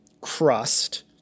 crust